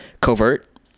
covert